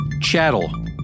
chattel